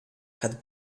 had